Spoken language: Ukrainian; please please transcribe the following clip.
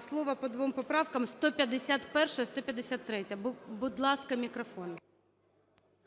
слово по двом поправкам: 151-а і 153-я. Будь ласка, мікрофон.